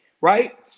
right